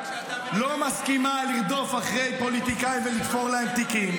לא מסכימה לרדוף אחרי פוליטיקאים ולתפור להם תיקים.